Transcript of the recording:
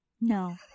No